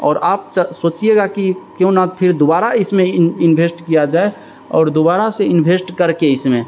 और आप च सोचिएगा कि क्यों ना फिर दोबारा इसमें इन्भेस्ट किया जाए और दोबारा से इन्भेस्ट करके इसमें